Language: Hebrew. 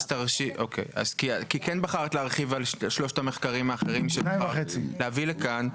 כי כן בחרת להרחיב על שלושת המחקרים האחרים ולהביא לכאן,